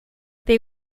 they